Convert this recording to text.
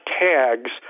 tags